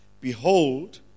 behold